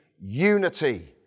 unity